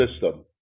system